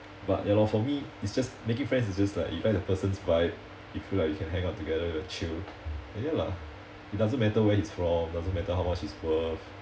but ya lor for me it's just making friends is just like you like the person's vibe you feel like you can hang out together to chill ya lah it doesn't matter where he's from doesn't matter how much he's worth